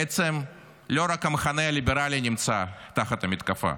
בעצם לא רק המחנה הליברלי נמצא תחת המתקפה.